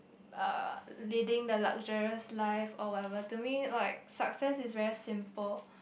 uh leading the luxurious life or whatever to me like success is very simple